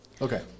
Okay